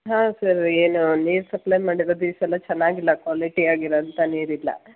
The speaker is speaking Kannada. ಹೌದು ಸರ್ ಏನು ನೀರು ಸಪ್ಲೈ ಮಾಡಿರೋದು ಈ ಸಲ ಚೆನ್ನಾಗಿಲ್ಲ ಕ್ವಾಲಿಟಿ ಆಗಿರೋಂಥ ನೀರಿಲ್ಲ